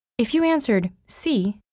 if you answered, si,